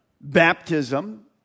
baptism